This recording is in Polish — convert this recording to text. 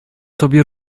tobie